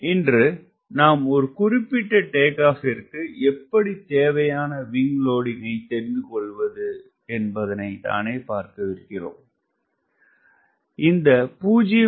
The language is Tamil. இன்று நாம் ஒரு குறிப்பிட்ட டேக் ஆப்பிற்கு எப்படி தேவையான விங்க் லோடிங்கினை தெரிந்துகொள்வது என்பதனை தானே பார்க்கவிருந்தோம்